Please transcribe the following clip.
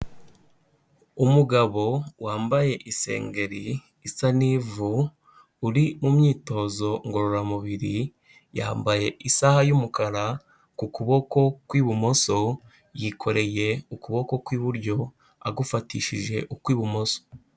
Umugabo wambaye isengeri isa n'ivu, uri mu myitozo ngororamubiri, yambaye isaha y'umukara ku kuboko kw'ibumoso, yikoreye ukuboko kw'iburyo, agufatishije ukw'ibumoso.